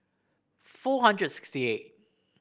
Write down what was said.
four hundred sixty eighth